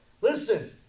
Listen